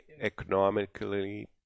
economically